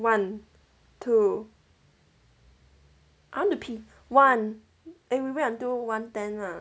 one two I want to pee one eh we wait until one ten lah